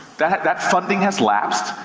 that that funding has lapsed.